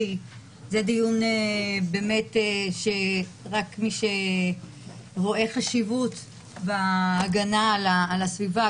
כי זה דיון שרק מי שרואה חשיבות בהגנה על הסביבה,